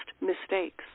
mistakes